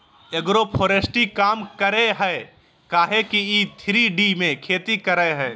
agroforestry काम करेय हइ काहे कि इ थ्री डी में खेती करेय हइ